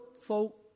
folk